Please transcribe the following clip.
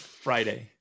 Friday